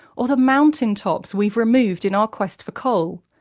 or the mountain tops we've removed in our quest for coal.